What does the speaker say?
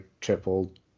tripled